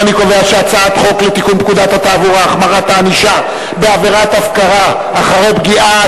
הצעת חוק לתיקון פקודת התעבורה (החמרת הענישה בעבירת הפקרה אחרי פגיעה),